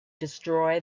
destroy